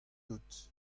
out